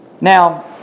now